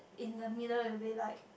in the middle it will be like